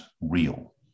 real